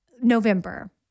November